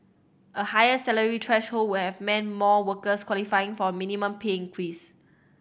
a higher salary threshold would have meant more workers qualifying for a minimum pay increase